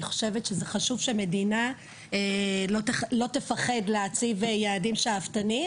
אני חושבת שחשוב שמדינה לא תפחד להציב יעדים שאפתניים